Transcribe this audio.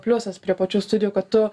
pliusas prie pačių studijų kad tu